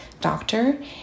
doctor